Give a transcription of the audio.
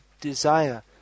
desire